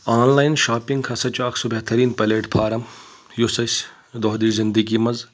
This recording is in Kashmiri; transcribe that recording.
آنلاین شاپنگ ہسا چھُ اکھ سُہ بہتریٖن پلیٹ فارم یُس أسۍ دۄہ دِش زندگی منٛز